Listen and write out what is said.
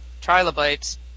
trilobites